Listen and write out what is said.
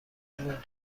موند